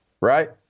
right